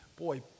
boy